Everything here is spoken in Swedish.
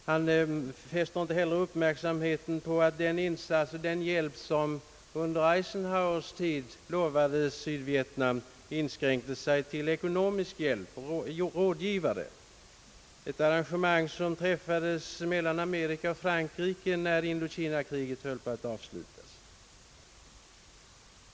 Han fäster inte heller avseende vid att den hjälp som under Eisenhowers tid lovades Sydvietnam gällde ekonomisk hjälp och rådgivning efter de arrangemang som träffades mellan Amerika och Frankrike när Indokina-kriget höll på att avslutas.